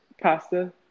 pasta